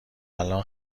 الان